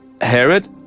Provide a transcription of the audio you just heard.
Herod